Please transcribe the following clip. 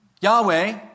Yahweh